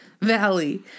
Valley